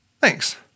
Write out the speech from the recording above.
Thanks